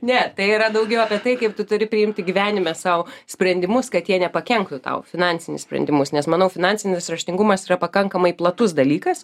ne tai yra daugiau apie tai kaip tu turi priimti gyvenime sau sprendimus kad jie nepakenktų tau finansinius sprendimus nes manau finansinis raštingumas yra pakankamai platus dalykas